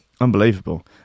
Unbelievable